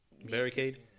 barricade